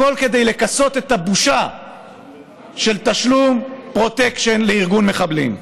הכול כדי לכסות את הבושה של תשלום פרוטקשן לארגון מחבלים.